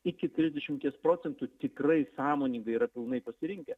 iki trisdešimties procentų tikrai sąmoningai yra pilnai pasirinkę